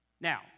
Now